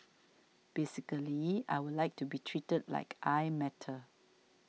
basically I would like to be treated like I matter